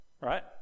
right